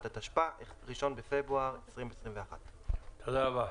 התשפ"א (1 בפברואר 2021). אין לך רוב.